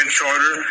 Charter